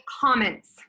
comments